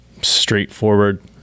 straightforward